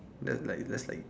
that's like just like